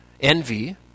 envy